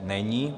Není.